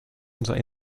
unserer